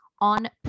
on